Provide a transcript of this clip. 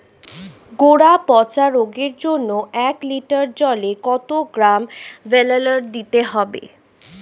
গোড়া পচা রোগের জন্য এক লিটার জলে কত গ্রাম বেল্লের দিতে হবে?